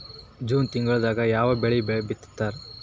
June ತಿಂಗಳದಾಗ ಯಾವ ಬೆಳಿ ಬಿತ್ತತಾರ?